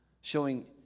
showing